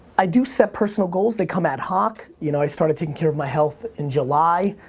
i do set personal goals, they come ad hoc. you know, i started taking care of my health in july,